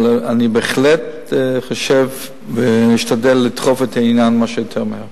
אבל אני בהחלט חושב ואשתדל לדחוף את העניין כמה שיותר מהר.